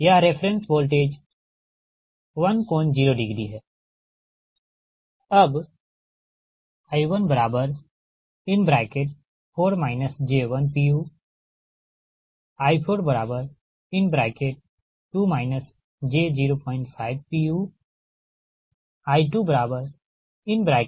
यह reference voltage 1∠0है